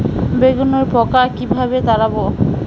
বেগুনের পোকা কিভাবে তাড়াব?